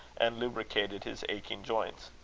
and lubricated his aching joints.